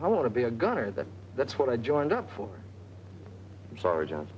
i want to be a gunner that that's what i joined up for sargent